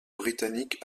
britannique